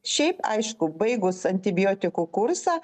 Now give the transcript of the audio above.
šiaip aišku baigus antibiotikų kursą